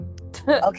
okay